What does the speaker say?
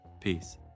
Peace